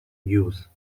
use